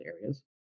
areas